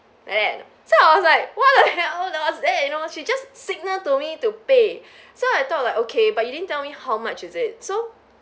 like that so I was like what the hell that was that you know she just signal to me to pay so I thought like okay but you didn't tell me how much is it so so